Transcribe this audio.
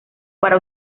para